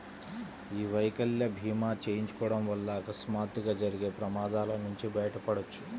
యీ వైకల్య భీమా చేయించుకోడం వల్ల అకస్మాత్తుగా జరిగే ప్రమాదాల నుంచి బయటపడొచ్చు